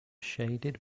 shaded